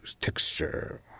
texture